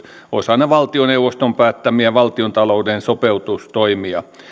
osana valtioneuvoston päättämiä valtiontalouden sopeutustoimia